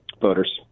voters